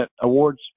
Awards